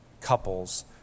couples